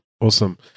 awesome